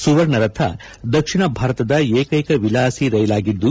ಸುವರ್ಣ ರಥ ದಕ್ಷಿಣ ಭಾರತದ ಏಕೈಕ ವಿಲಾಸಿ ರೈಲಾಗಿದ್ದು